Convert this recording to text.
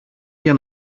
για